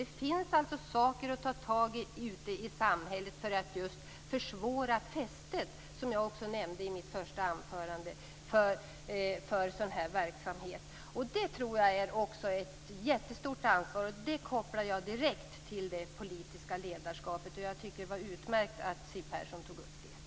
Det finns alltså saker att ta tag i ute i samhället för att just försvåra att sådan här verksamhet får fäste, som jag nämnde i mitt anförande. Det är också ett jättestort ansvar. Det kopplar jag direkt till det politiska ledarskapet. Det var utmärkt att Siw Persson tog upp det.